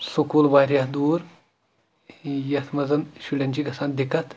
school واریاہ دوٗر یَتھ منٛز شُرٮ۪ن چھِ گژھان دِقت